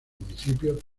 municipios